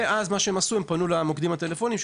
ומה שהם עשו אז זה לפנות למוקדים הטלפוניים,